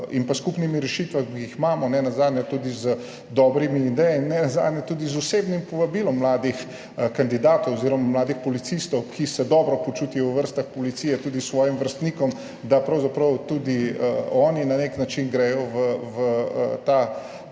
in skupnimi rešitvami, ki jih imamo, nenazadnje tudi z dobrimi idejami in tudi z osebnim povabilom mladih kandidatov oziroma mladih policistov, ki se dobro počutijo v vrstah policije, tudi s svojim vrstnikom, da pravzaprav tudi oni na nek način gredo v ta